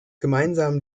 gemeinsamen